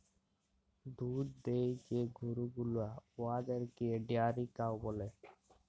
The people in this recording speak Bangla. দুহুদ দেয় যে গরু গুলা উয়াদেরকে ডেয়ারি কাউ ব্যলে